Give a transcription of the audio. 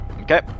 Okay